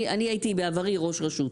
אני הייתי בעברי ראש רשות.